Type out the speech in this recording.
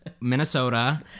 Minnesota